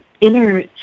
inner